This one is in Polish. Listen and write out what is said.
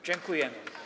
Dziękuję.